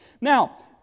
Now